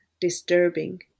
disturbing